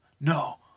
No